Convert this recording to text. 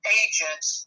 agents